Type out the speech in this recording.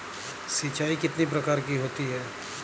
सिंचाई कितनी प्रकार की होती हैं?